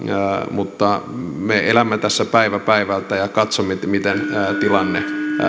mutta me elämme tässä päivä päivältä ja katsomme miten tilanne